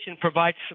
provides